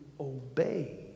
obey